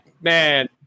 man